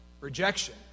rejection